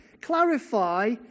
clarify